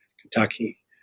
Kentucky